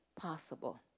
possible